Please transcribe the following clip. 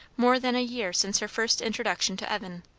more than a year since her first introduction to evan,